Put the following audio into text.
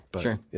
Sure